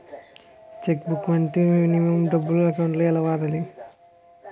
Check book వుంటే minimum డబ్బులు account లో ఉండాలి?